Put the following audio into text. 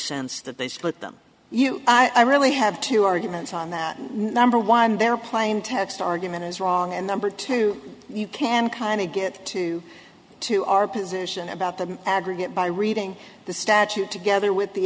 sense that they should put them i really have two arguments on that number one there are plain text argument is wrong and number two you can kind of get to to our position about the aggregate by reading the statute together with the